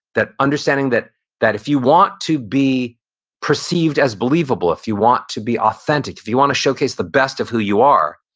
that understanding that that if you want to be perceived as believable, if you want to be authentic, if you want to showcase the best of who you are,